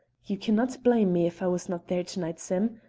you cannot blame me if i was not there to-night, sim.